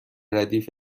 ردیف